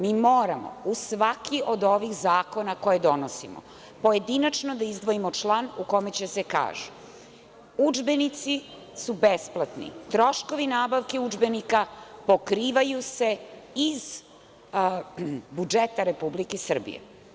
Mi moramo u svaki od ovih zakona koje donosimo, pojedinačno da izdvojimo član u kome će da se kaže – udžbenici su besplatni, troškovi nabavke udžbenika pokrivaju se iz budžeta Republike Srbije.